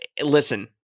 Listen